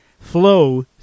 Flow